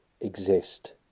exist